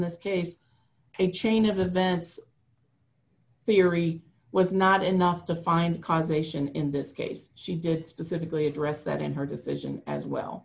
this case a chain of events theory was not enough to find cause ation in this case she did specifically address that in her decision as well